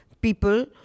people